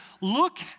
look